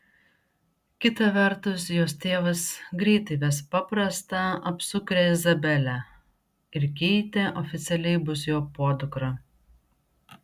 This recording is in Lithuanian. kita vertus jos tėvas greitai ves paprastą apsukrią izabelę ir keitė oficialiai bus jo podukra